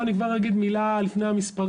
פה אני כבר אגיד מילה, לפני המספרים.